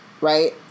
right